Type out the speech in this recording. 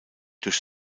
durch